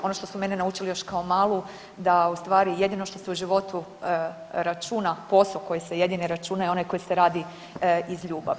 Ono što su mene naučili još kao malu da ustvari jedino što se u životu računa posao koji se jedini računa je onaj koji se radi iz ljubavi.